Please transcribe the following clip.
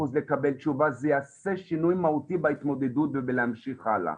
לקבל תשובה זה יעשה שינוי מהותי בהתמודדות ובלהמשיך הלאה.